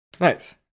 Nice